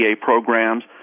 programs